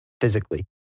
physically